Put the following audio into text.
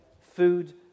Food